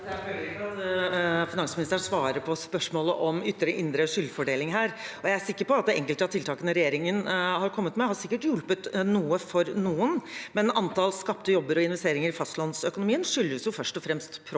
Jeg føler at fi- nansministeren ikke svarer på spørsmålet om ytre og indre skyldfordeling her. Jeg er sikker på at enkelte av tiltakene regjeringen har kommet med, har hjulpet noe for noen, men antall skapte jobber og investeringer i fastlandsøkonomien skyldes jo først og fremst at